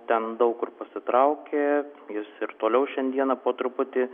ten daug kur pasitraukė jis ir toliau šiandieną po truputį